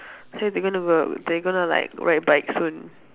say they going to go they going to like ride bike soon